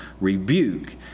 rebuke